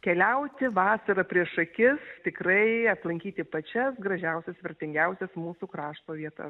keliauti vasarą priešakis tikrai aplankyti pačias gražiausias vertingiausias mūsų krašto vietas